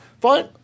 Fine